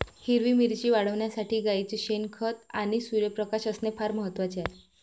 हिरवी मिरची वाढविण्यासाठी गाईचे शेण, खत आणि सूर्यप्रकाश असणे फार महत्वाचे आहे